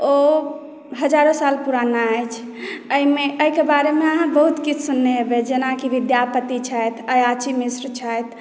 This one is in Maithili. ओ हजारो साल पुराना अछि एहिमे एहिके बारेमे अहाँ बहुत किछु सुनने हेबै जेनाकि विद्यापति छथि अयाची मिश्र छथि